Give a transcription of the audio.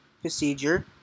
procedure